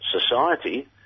society